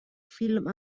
film